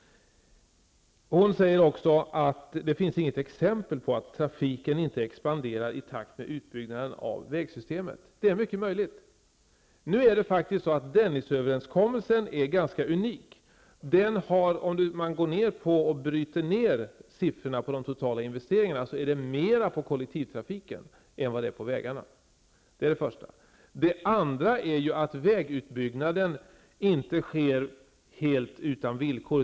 Vidare säger Christina Linderholm att det inte finns något exempel på att trafiken inte expanderar i takt med utbyggnaden av vägsystemet. Det är mycket möjligt att det är så. Men Dennisöverenskommelsen är ganska unik. Om man bryter ner siffrorna när det gäller de totala investeringarna, finner man för det första att det mera gäller kollektivtrafiken än vägarna. För det andra sker vägutbyggnaden inte helt utan villkor.